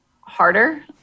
harder